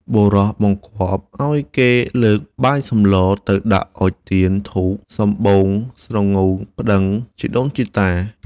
បុរសបង្គាប់ឱ្យគេលើកបាយសម្លរ ទៅដាក់អុជ ទៀនធូប សំបូងសង្រូងប្ដឹងជីដូនជីតា។